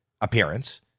appearance